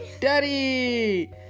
Daddy